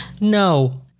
no